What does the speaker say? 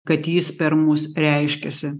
kad jis per mus reiškiasi